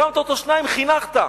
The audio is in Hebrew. הרמת אותו 2, חינכת.